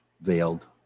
veiled